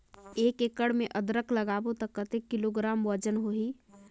एक एकड़ मे अदरक लगाबो त कतेक किलोग्राम वजन होही?